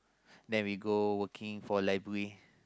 then we go working for library